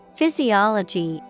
Physiology